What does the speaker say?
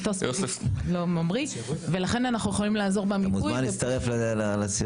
המטוס לא ממריא ולכן אנחנו יכולים לעזור במיפוי --- אולי תצטרף לסיור,